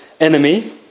Enemy